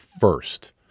first